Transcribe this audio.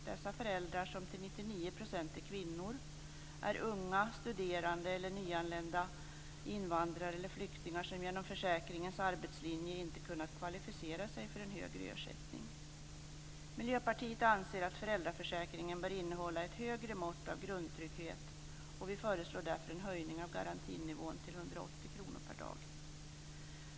Dessa föräldrar, som till 99 % är kvinnor, är unga, studerande eller nyanlända invandrare eller flyktingar som genom försäkringens arbetslinje inte kunnat kvalificera sig för en högre ersättning. Miljöpartiet anser att föräldraförsäkringen bör innehålla ett högre mått av grundtrygghet, och vi föreslår därför en höjning av garantinivån till 180 kr per dag.